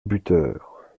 buteur